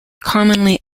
commonly